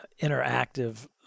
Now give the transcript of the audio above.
interactive